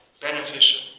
beneficial